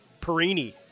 Perini